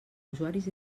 usuaris